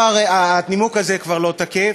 אז הנימוק הזה כבר לא תקף.